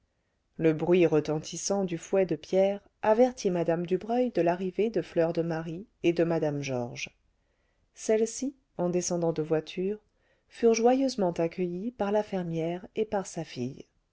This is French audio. le bruit retentissant du fouet de pierre avertit mme dubreuil de l'arrivée de fleur de marie et de mme georges celles-ci en descendant de voiture furent joyeusement accueillies par la fermière et par sa fille